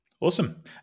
Awesome